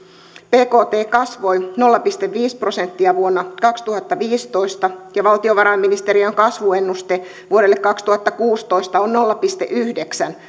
bkt kasvoi nolla pilkku viisi prosenttia vuonna kaksituhattaviisitoista ja valtiovarainministeriön kasvuennuste vuodelle kaksituhattakuusitoista on nolla pilkku yhdeksän